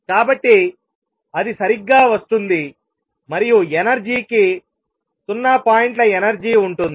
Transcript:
కాబట్టి అది సరిగ్గా వస్తుంది మరియు ఎనర్జీ కి 0 పాయింట్ల ఎనర్జీ ఉంటుంది